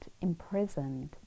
imprisoned